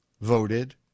voted